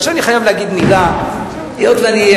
עכשיו, אני חייב להגיד מלה, היות שאני,